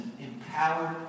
empowered